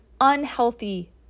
unhealthy